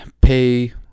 pay